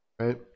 right